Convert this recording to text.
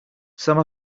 some